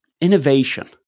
Innovation